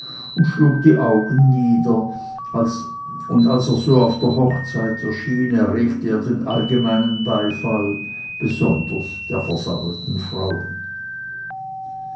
und schlug die augen nieder und als er so auf der hochzeit erschien erregte er den allgemeinen beifall besonders der versammelten frauen